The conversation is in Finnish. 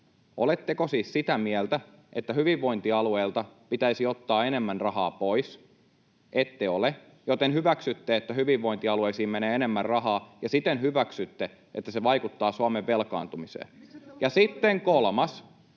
Oletteko siis sitä mieltä, että hyvinvointialueilta pitäisi ottaa enemmän rahaa pois? Ette ole, joten hyväksytte, että hyvinvointialueisiin menee enemmän rahaa, ja siten hyväksytte, että se vaikuttaa Suomen velkaantumiseen. Ja sitten kolmas: